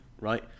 right